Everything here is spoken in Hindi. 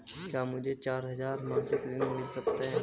क्या मुझे चार हजार मासिक ऋण मिल सकता है?